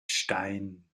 stein